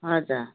हजुर